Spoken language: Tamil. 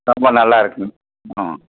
ரொம்ப நல்லாயிருக்கும் ஆ